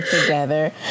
together